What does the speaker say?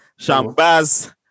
Shambaz